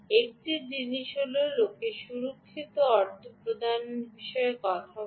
একটি জিনিস হল লোকে সুরক্ষিত অর্থ প্রদানের বিষয়ে কথা বলে